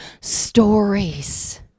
stories